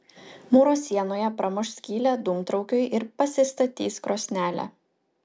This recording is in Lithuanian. mūro sienoje pramuš skylę dūmtraukiui ir pasistatys krosnelę